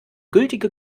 gültige